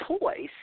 toys